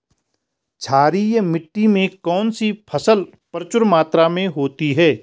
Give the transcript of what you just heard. क्षारीय मिट्टी में कौन सी फसल प्रचुर मात्रा में होती है?